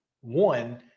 one